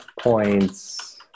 points